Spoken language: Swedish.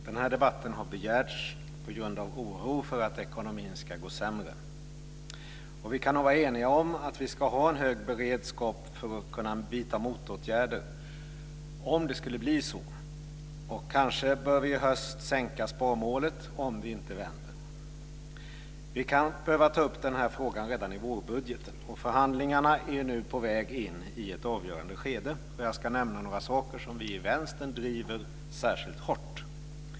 Fru talman! Det här debatten har begärts på grund av oro för att ekonomin ska gå sämre. Vi kan nog vara eniga om att vi ska ha en hög beredskap för att kunna vidta motåtgärder om det skulle bli så. Och kanske bör vi i höst sänka sparmålet om det inte vänder. Vi kan behöva ta upp den här frågan redan i vårbudgeten, och förhandlingarna är nu på väg in i ett avgörande skede. Jag ska nämna några saker som vi i Vänstern driver särskilt hårt.